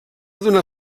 donar